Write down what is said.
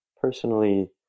personally